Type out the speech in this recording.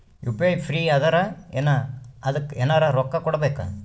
UPI free ಅದಾರಾ ಏನ ಅದಕ್ಕ ಎನೆರ ರೊಕ್ಕ ಕೊಡಬೇಕ?